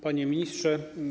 Panie Ministrze!